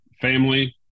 family